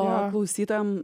o klausytojam